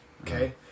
okay